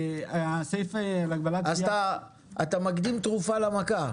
אתה מקדים תרופה למכה.